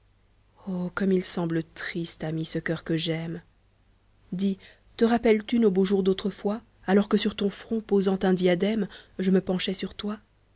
oh comme il semble triste ami ce coeur que j'aime dis te rappelles-tu nos beaux jours d'autrefois alors que sur ton front posant un diadème je me penchais sur toi